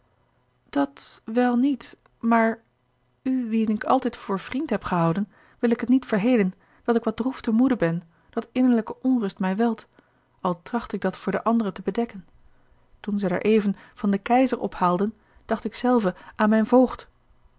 dat wel niet maar u wien ik altijd voor vriend heb gehouden wil ik het niet verhelen dat ik wat droef te moede ben dat innerlijke onrust mij kwelt al tracht ik dat voor a l g bosboom-toussaint de delftsche wonderdokter eel anderen te bedekken toen ze daareven van den keizer ophaalden dacht ik zelve aan mijn voogd